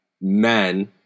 men